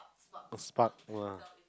a spark lah